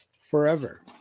forever